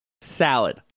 Salad